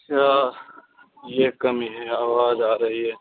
یا یہ کمی ہے آواز آ رہی ہے